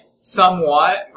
somewhat